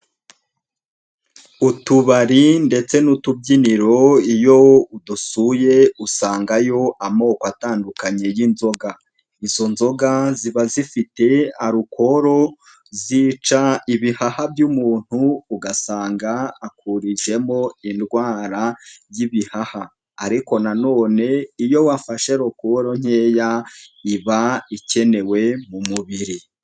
Utubari ndetse n'utubyiniro iyo udusuye usangayo amoko atandukanye y'inzoga, izo nzoga ziba zifite alukoro zica ibihaha by'umuntu ugasanga akurijemo indwara y'ibihaha ariko nanone iyo wafashe alukoro nkeya iba ikenewe mu mubiri.